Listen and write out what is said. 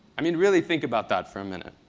i mean, really think about that for a minute.